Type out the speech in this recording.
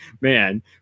man